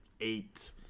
eight